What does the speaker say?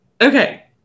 Okay